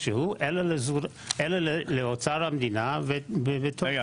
לעשות עיסוקים בבנייה ולתת